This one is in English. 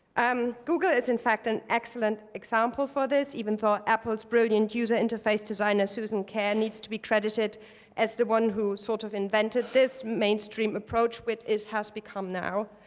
um google is, in fact, an excellent example for this, even though apple's brilliant user interface designer susan kare needs to be credited as the one who sort of invented this mainstream approach which it has become now.